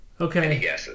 Okay